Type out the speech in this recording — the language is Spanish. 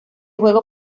juego